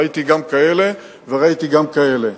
ראיתי גם כאלה וראיתי גם כאלה.